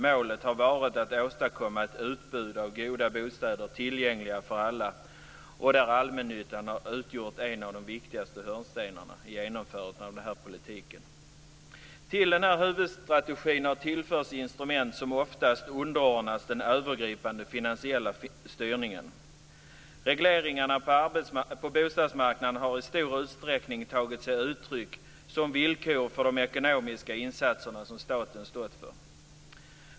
Målet har varit att åstadkomma ett utbud av goda bostäder tillgängliga för alla, och där allmännyttan har utgjort en av de viktigaste hörnstenarna i genomförandet av den här politiken. Till denna huvudstrategi har tillförts instrument som oftast underordnats den övergripande finansiella styrningen. Regleringarna på bostadsmarknaden har i stor utsträckning tagit sig uttryck som villkor för de ekonomiska insatser som staten stått för.